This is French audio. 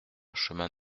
chemin